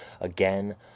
again